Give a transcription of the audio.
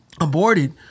aborted